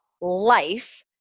life